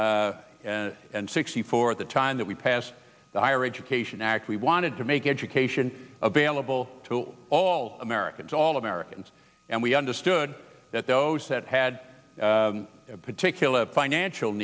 five and sixty four at the time that we passed the higher education act we wanted to make it you available to all americans all americans and we understood that those that had particular financial